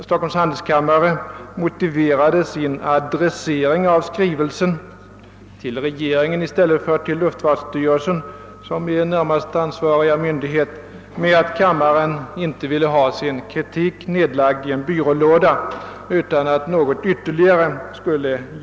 Stockholms handelskammare motiverade adresseringen av sin skrivelse — den ställdes till regeringen i stället för till luftfartsverket, som är den närmast ansvariga myndigheten — med att handelskammaren inte ville han sin kritiska skrivelse nedlagd i en skrivbordslåda utan att någonting hände.